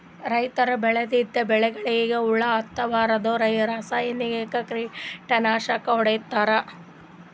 ರೈತರ್ ಬೆಳದಿದ್ದ್ ಬೆಳಿಗೊಳಿಗ್ ಹುಳಾ ಹತ್ತಬಾರ್ದ್ಂತ ರಾಸಾಯನಿಕ್ ಕೀಟನಾಶಕ್ ಹೊಡಿತಾರ್